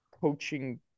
coaching